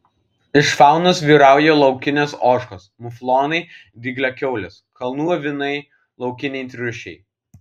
iš faunos vyrauja laukinės ožkos muflonai dygliakiaulės kalnų avinai laukiniai triušiai